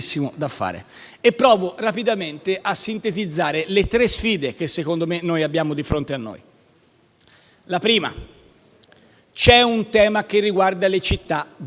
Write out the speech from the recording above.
Provo rapidamente a sintetizzare le tre sfide che, secondo me, abbiamo di fronte. La prima è un tema che riguarda le città d'arte.